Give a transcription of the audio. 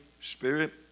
Spirit